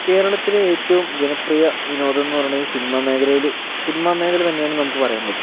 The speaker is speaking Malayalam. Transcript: കേരളത്തിലെ ഏറ്റവും ജനപ്രിയ വിനോദംന്നു പറയണത് സിനിമ മേഖലയില് സിനിമ മേഖല തന്നെയാണെന്ന് നമുക്ക് പറയാൻ പറ്റും